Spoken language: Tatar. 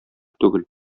түгел